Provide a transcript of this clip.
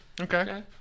Okay